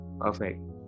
Perfect